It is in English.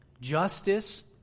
Justice